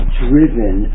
driven